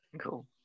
Cool